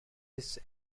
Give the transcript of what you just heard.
its